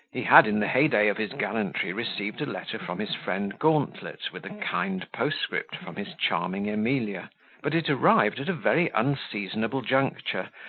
he had, in the heyday of his gallantry received a letter from his friend gauntlet with a kind postscript from his charming emilia but it arrived at a very unseasonable juncture,